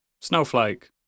Snowflake